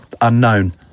Unknown